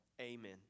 Amen